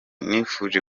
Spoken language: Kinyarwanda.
nifuje